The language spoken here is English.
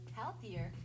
healthier